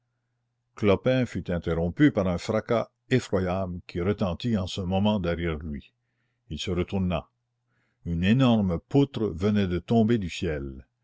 clopin fut interrompu par un fracas effroyable qui retentit en ce moment derrière lui il se retourna une énorme poutre venait de tomber du ciel